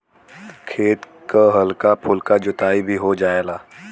खेत क हल्का फुल्का जोताई भी हो जायेला